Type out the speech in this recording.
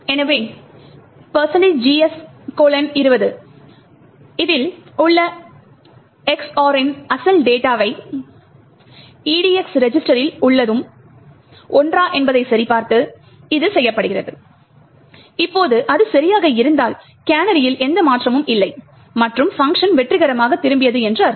எனவே gs 20 இல் உள்ள EX OR ரின் அசல் டேட்டாவும் EDX ரெஜிஸ்டரில் உள்ளதும் ஒன்றா என்பதைச் சரிபார்த்து இது செய்யப்படுகிறது இப்போது அது சரியாக இருந்தால் கேனரியில் எந்த மாற்றமும் இல்லை மற்றும் பங்க்ஷன் வெற்றிகரமாக திரும்பியது என்று அர்த்தம்